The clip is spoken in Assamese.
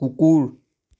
কুকুৰ